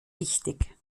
wichtig